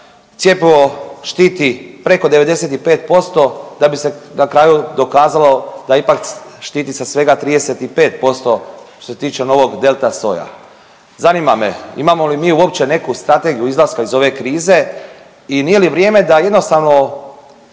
cjepivo štiti preko 95% da bi se na kraju dokazalo da ipak štiti sa svega 35% što se tiče novog Delta soja. Zanima me imamo li mi uopće neku strategiju izlaska iz ove krize i nije li vrijeme da jednostavno